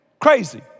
Crazy